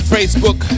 Facebook